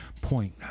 point